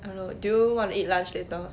I know do you want to eat lunch later